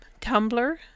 Tumblr